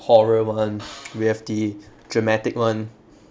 horror [one] we have the dramatic [one]